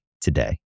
today